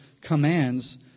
commands